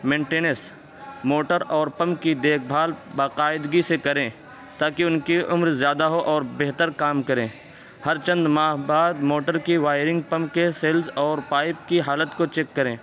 maintenance motor اور pump کی دیکھ بھال باقاعدگی سے کریں تاکہ ان کی عمر زیادہ ہو اور بہتر کام کریں ہر چند ماہ بعد موٹر کی وائرنگ پمپ کے سیلز اور پائپ کی حالت کو چیک کریں